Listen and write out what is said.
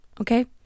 Okay